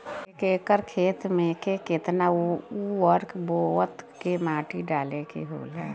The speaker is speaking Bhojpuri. एक एकड़ खेत में के केतना उर्वरक बोअत के माटी डाले के होला?